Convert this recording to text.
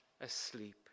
asleep